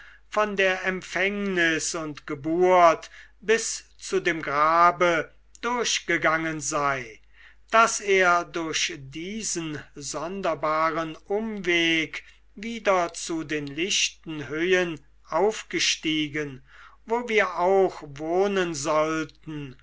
von der empfängnis und geburt bis zu dem grabe durchgegangen sei daß er durch diesen sonderbaren umweg wieder zu den lichten höhen aufgestiegen wo wir auch wohnen sollten